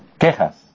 quejas